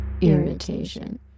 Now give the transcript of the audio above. irritation